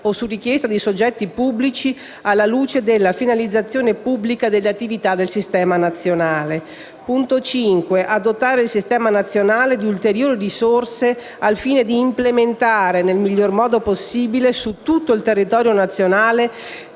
a dotare il Sistema nazionale di ulteriori risorse al fine di implementare nel miglior modo possibile, su tutto il territorio nazionale,